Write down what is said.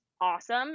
awesome